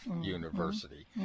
University